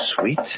sweet